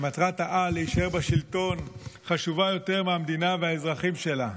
שמטרת-העל להישאר בשלטון חשובה לו יותר מהמדינה והאזרחים שלה.